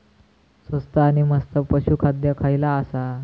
स्वस्त आणि मस्त पशू खाद्य खयला आसा?